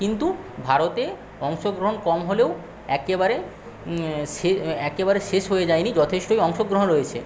কিন্তু ভারতে অংশগ্রহণ কম হলেও একেবারে একেবারে শেষ হয়ে যায়নি যথেষ্টই অংশগ্রহণ রয়েছে